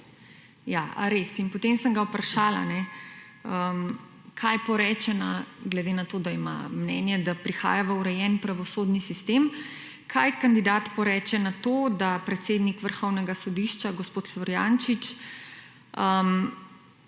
Ja, a res? In potem sem ga vprašala, kaj poreče, glede na to, da ima mnenje, da prihaja v urejen pravosodni sistem, kaj kandidat poreče na to, da predsednik Vrhovnega sodišča gospod Florjančič